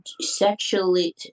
sexually